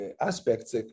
aspects